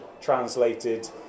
translated